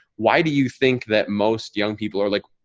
why do you think that most young people are like,